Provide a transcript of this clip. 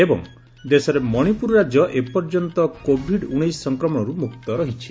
ଏବଂ ଦେଶରେ ମଣିପୁର ରାଜ୍ୟ ଏପର୍ଯ୍ୟନ୍ତ କୋଭିଡ୍ ନାଇଣ୍ଟିନ୍ ସଂକ୍ରମଣରୁ ମୁକ୍ତ ରହିଛି